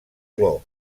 clor